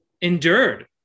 endured